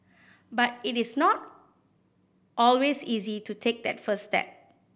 but it is not always easy to take that first step